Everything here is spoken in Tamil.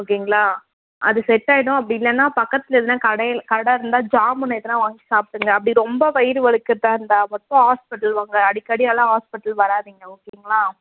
ஓகேங்களா அது செட் ஆகிடும் அப்படி இல்லைன்னா பக்கத்தில் எதுன்னால் கடையில் கடை இருந்தால் ஜாமுன் எதுனா வாங்கி சாப்பிடுங்க அப்படி ரொம்ப வயிறு வலிக்கிறதாக இருந்தால் மட்டும் ஹாஸ்பிடல் வாங்க அடிக்கடி எல்லாம் ஹாஸ்பிடல் வராதீங்க ஓகேங்களா